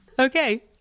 Okay